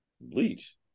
Bleach